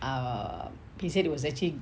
err he said there was a change